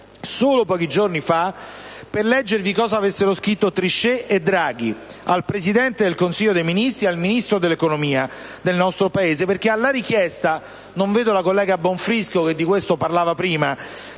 solo pochi giorni fa, per leggervi cosa avessero scritto Trichet e Draghi al Presidente del Consiglio dei ministri e al Ministro dell'economia del nostro Paese. Infatti, alla richiesta degli italiani - non vedo la collega Bonfrisco che di questo ha parlato in